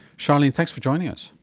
charlene, thanks for joining us.